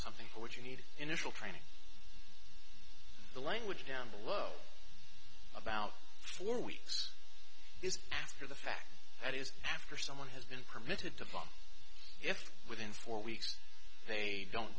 something for which you need initial training the language down below about four weeks is after the fact that is after someone has been permitted to fall yet within four weeks they don't